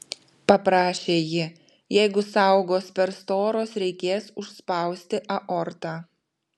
paprašė ji jeigu sąaugos per storos reikės užspausti aortą